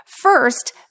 First